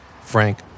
Frank